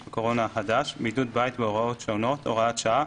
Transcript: הקורונה החדש) (בידוד בית והוראות שונות) (הוראת שעה),